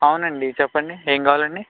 అవునండీ చెప్పండి ఏం కావాలి అండి